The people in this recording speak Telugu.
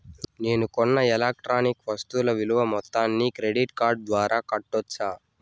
నేను కొన్న ఎలక్ట్రానిక్ వస్తువుల విలువ మొత్తాన్ని క్రెడిట్ కార్డు ద్వారా కట్టొచ్చా?